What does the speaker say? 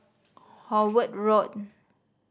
Howard Road